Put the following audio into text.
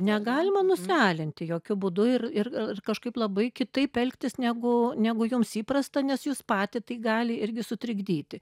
negalima nusialinti jokiu būdu ir ir ir kažkaip labai kitaip elgtis negu negu jums įprasta nes jus patį tai gali irgi sutrikdyti